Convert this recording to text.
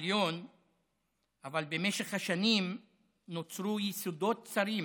אבל במשך השנים נוצרו יסודות זרים